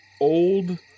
old